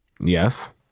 yes